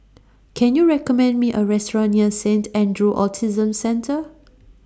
Can YOU recommend Me A Restaurant near Saint Andrew's Autism Centre